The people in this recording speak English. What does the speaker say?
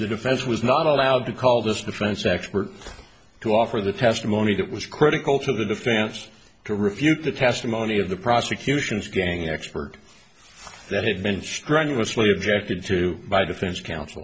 the defense was not allowed to call this defense expert to offer the testimony that was critical to the defense to refute the testimony of the prosecution's gang expert that had been strenuously objected to by defense counsel